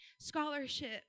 Scholarship